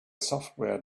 software